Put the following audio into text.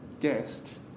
guest